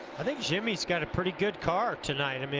i think jimmy has got a pretty good car tonight. i mean,